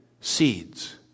seeds